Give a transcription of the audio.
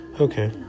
okay